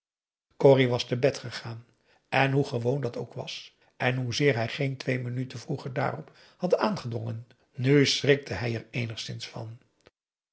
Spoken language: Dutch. corrie was te bed gegaan en hoe gewoon dat ook was en hoezeer hij geen twee minuten vroeger daarop had aangedrongen nu schrikte hij er eenigszins van